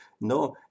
No